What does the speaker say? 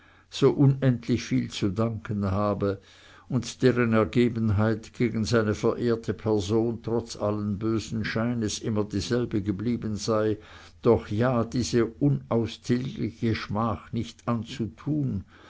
so unendlich viel zu danken habe und deren ergebenheit gegen seine verehrte person trotz allen bösen scheines immer dieselbe geblieben sei doch ja diese unaustilgliche schmach nicht anzutun